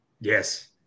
Yes